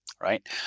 right